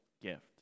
gift